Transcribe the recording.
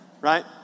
Right